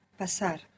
Pasar